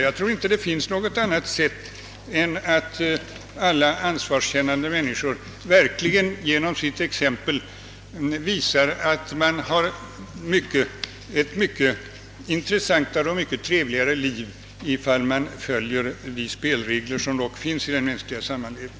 Jag tror inte att det finns något annat sätt än att alla ansvarskännande människor genom sina exempel verkligen visar att man får ett mycket intressantare och trevligare liv om man följer de spelregler som dock finns i den mänskliga samlevnaden.